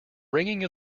ringing